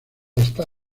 está